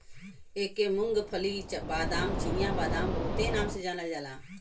एके मूंग्फल्ली, बादाम, चिनिया बादाम बहुते नाम से जानल जाला